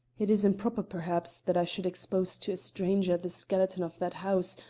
it is improper, perhaps, that i should expose to a stranger the skeleton of that house,